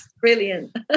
brilliant